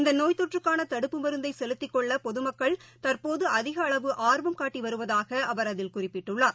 இந்தநோய் தொற்றுக்கானதடுப்பு மருந்தைசெலுத்திக் கொள்ளபொதுமக்கள் தற்போதுஅதிகஅளவு ஆர்வம் காட்டிவருவதாகஅவர் அதில் குறிப்பிட்டுள்ளார்